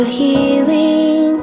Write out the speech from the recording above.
healing